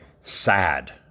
sad